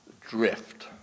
drift